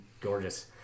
gorgeous